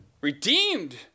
Redeemed